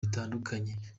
bitandukanye